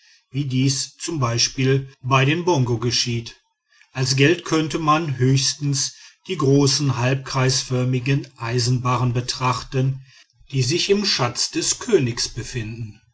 wie dies z b bei den bongo geschieht als geld könnte man höchstens die großen halbkreisförmigen eisenbarren betrachten die sich im schatz des königs befinden